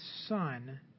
son